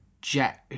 jet